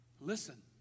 Listen